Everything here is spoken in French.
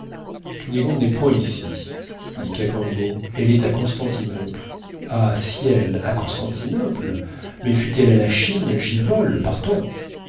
cunégonde n'est point ici dit cacambo elle est à constantinople ah ciel à constantinople mais fût-elle à la chine j'y vole partons